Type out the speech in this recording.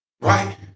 Right